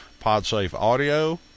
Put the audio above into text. podsafeaudio